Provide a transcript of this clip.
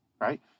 Right